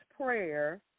prayer